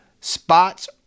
spots